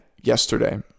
yesterday